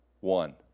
one